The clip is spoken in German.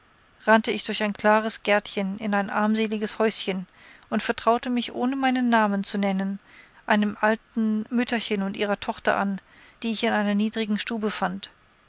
rannte ich durch ein kleines gärtchen in ein armseliges häuschen und vertraute mich ohne meinen namen zu nennen einem alten mütterchen und ihrer tochter an die ich in der niedrigen stube fand